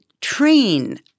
train